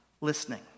Listening